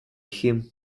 him